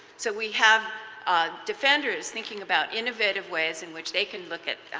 so we have defenders thinking about innovative ways in which they can look at